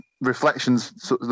reflections